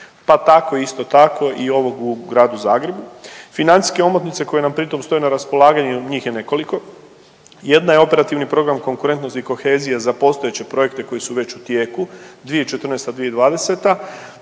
pa tako isto tako i ovog u Gradu Zagrebu. Financijske omotnice koje nam pri tom stoje na raspolaganju, njih je nekoliko jedna je Operativni program Konkurentnost i kohezija za postojeće projekte koji su već u tijeku 2014.